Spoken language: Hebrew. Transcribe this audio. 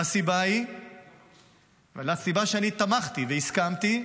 הסיבה שאני תמכתי והסכמתי היא